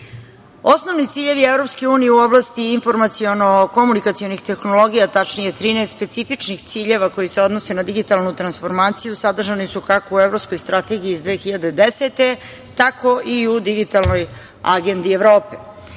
unije u oblasti informaciono-komunikacionih tehnologija, tačnije 13 specifičnih ciljeva koji se odnose na digitalnu transformaciju sadržani su kako u evropskoj strategiji iz 2010. godine tako i u digitalnoj agendi Evrope.Za